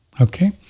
Okay